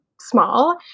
small